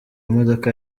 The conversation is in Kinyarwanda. modoka